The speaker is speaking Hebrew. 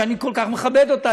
שאני כל כך מכבד אותה,